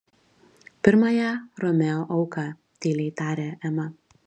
pirmąją romeo auką tyliai tarė ema